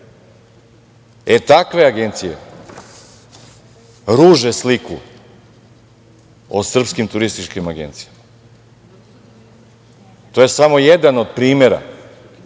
agencije ruže sliku o srpskim turističkim agencijama. To je samo jedan od primera